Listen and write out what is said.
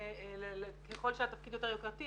ככל שהתפקיד יותר יוקרתי,